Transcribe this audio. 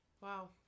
Wow